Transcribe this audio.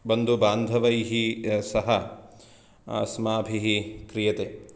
बन्धुबान्धवैः सह अस्माभिः क्रियते